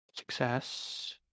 Success